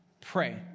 pray